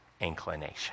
inclination